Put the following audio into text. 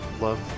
love